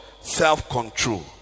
self-control